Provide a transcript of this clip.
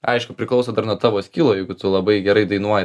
aišku priklauso dar nuo tavo skilo jeigu tu labai gerai dainuoji